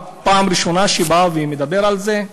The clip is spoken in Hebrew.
פעם ראשונה שמדבר על זה,